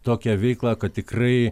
tokią veiklą kad tikrai